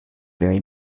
very